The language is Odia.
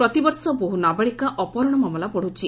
ପ୍ରତିବର୍ଷ ବହୁ ନାବାଳିକା ଅପହରଶ ମାମଲା ବଢୁଛି